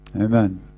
Amen